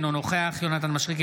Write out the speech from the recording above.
אינו נוכח יונתן מישרקי,